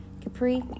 Capri